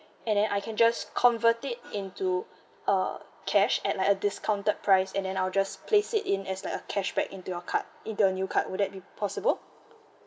and then I can just convert it into uh cash at like a discounted price and then I'll just place it in as like a cashback into your card into a new card would that be possible